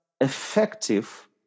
effective